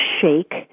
shake